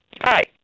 Hi